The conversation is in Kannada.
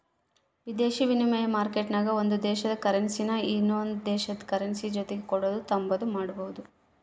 ವಿದೇಶಿ ವಿನಿಮಯ ಮಾರ್ಕೆಟ್ನಾಗ ಒಂದು ದೇಶುದ ಕರೆನ್ಸಿನಾ ಇನವಂದ್ ದೇಶುದ್ ಕರೆನ್ಸಿಯ ಜೊತಿಗೆ ಕೊಡೋದು ತಾಂಬಾದು ಮಾಡ್ಬೋದು